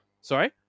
Sorry